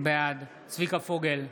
בעד צביקה פוגל,